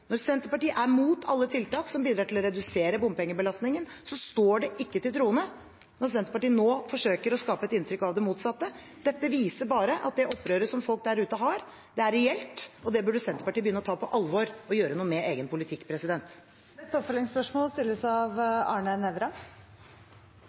Når Senterpartiet er mot alle tiltak som bidrar til å redusere bompengebelastningen, står det ikke til troende at Senterpartiet nå forsøker å skape et inntrykk av det motsatte. Dette viser bare at det opprøret som er blant folk der ute, er reelt. Det burde Senterpartiet begynne å ta på alvor – og gjøre noe med egen politikk. Arne Nævra – til oppfølgingsspørsmål.